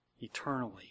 eternally